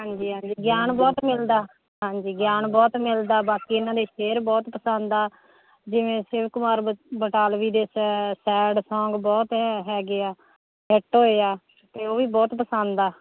ਹਾਂਜੀ ਹਾਂਜੀ ਗਿਆਨ ਬਹੁਤ ਮਿਲਦਾ ਹਾਂਜੀ ਗਿਆਨ ਬਹੁਤ ਮਿਲਦਾ ਬਾਕੀ ਇਹਨਾਂ ਨੇ ਸ਼ੇਅਰ ਬਹੁਤ ਪਸੰਦ ਆ ਜਿਵੇਂ ਸ਼ਿਵ ਕੁਮਾਰ ਬ ਬਟਾਲਵੀ ਦੇ ਸੈ ਸੈਡ ਸੌਂਗ ਬਹੁਤ ਹੈ ਹੈਗੇ ਆ ਹਿੱਟ ਹੋਏ ਆ ਅਤੇ ਉਹ ਵੀ ਬਹੁਤ ਪਸੰਦ ਆ